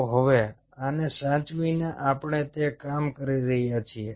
તો હવે આને સાચવીને આપણે તે કેમ કરી રહ્યા છીએ